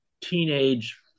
teenage